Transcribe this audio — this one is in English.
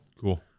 Cool